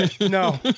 No